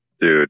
dude